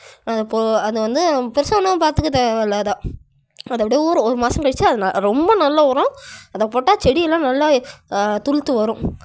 அப்போது அதை வந்து நம்ம பெருசாக ஒன்றும் பார்த்துக்க தேவை இல்லை அதை அது அப்படியே ஊறும் ஒரு மாதம் கழிச்சு ரொம்ப நல்ல உரம் அதை போட்டால் செடியெல்லாம் நல்லா துளுர்த்து வரும்